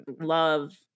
love